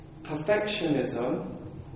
Perfectionism